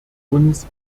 uns